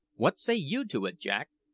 what say you to it, jack?